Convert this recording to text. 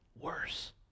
worse